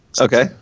okay